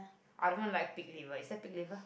I don't wanna buy pig liver is that pig liver